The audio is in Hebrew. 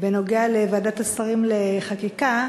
בנוגע לוועדת השרים לחקיקה.